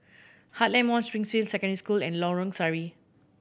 Heartland Mall Springfield Secondary School and Lorong Sari